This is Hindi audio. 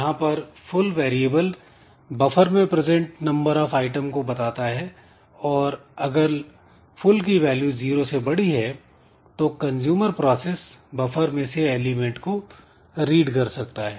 यहां पर फुल वेरिएबल बफर में प्रेजेंट नंबर ऑफ आइटम को बताता है और अगर फुल की वैल्यू जीरो से बड़ी है तो कंजूमर प्रोसेस बफर में से एलिमेंट को रीड कर सकता है